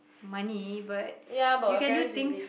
money but you can do things